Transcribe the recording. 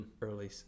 early